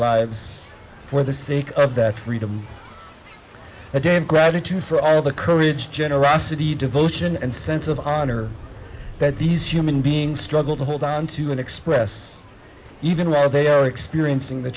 lives for the sake of that freedom again gratitude for all the courage generosity devotion and sense of honor that these human beings struggle to hold onto and express even while they are experiencing the